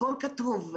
הכול כתוב.